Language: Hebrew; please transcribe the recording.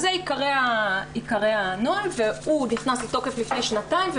אלה עיקרי הנוהל, והוא נכנס לתוקף לפני שנתיים.